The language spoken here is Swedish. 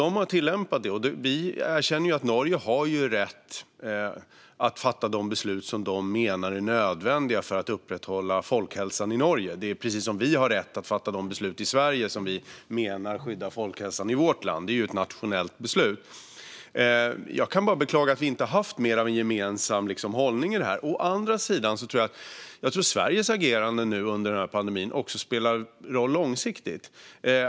De har tillämpat detta, och vi erkänner att Norge har rätt att fatta de beslut som de menar är nödvändiga för att upprätthålla folkhälsan i Norge, precis som vi har rätt att fatta de beslut i Sverige som vi menar skyddar folkhälsan i vårt land. Det är ett nationellt beslut. Jag kan bara beklaga att vi inte har haft mer av en gemensam hållning i detta. Å andra sidan tror jag att Sveriges agerande nu under pandemin också spelar roll långsiktigt.